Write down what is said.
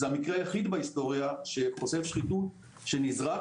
זה המקרה היחיד בהיסטוריה שחושף שחיתות שנזרק